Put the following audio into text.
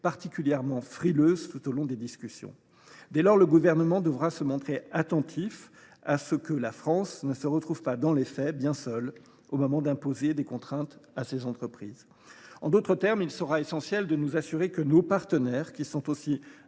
particulièrement frileuses tout au long des discussions. Dès lors, le Gouvernement devra être attentif à ce que la France ne se retrouve pas, dans les faits, bien seule au moment d’imposer des contraintes à ses entreprises. En d’autres termes, il sera essentiel de nous assurer que nos partenaires, qui sont aussi